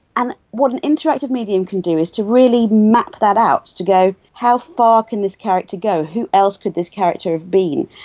and what an interactive medium can do is to really map that out, to go how far can this character go, who else could this character have been?